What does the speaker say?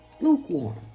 lukewarm